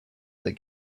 that